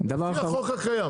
לפי החוק הקיים,